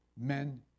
Men